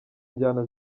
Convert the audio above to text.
injyana